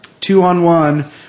two-on-one